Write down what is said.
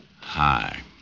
Hi